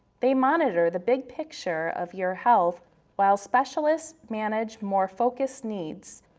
they monitor the big picture of your health while specialists manage more focused needs.